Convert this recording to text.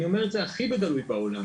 אני אומר את זה הכי בגלוי בעולם.